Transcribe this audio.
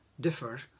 differ